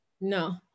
no